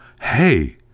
hey